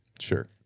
sure